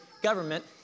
government